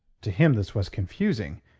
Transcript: to him, this was confusing.